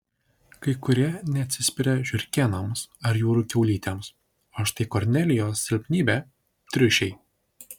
kai kurie neatsispiria žiurkėnams ar jūrų kiaulytėms o štai kornelijos silpnybė triušiai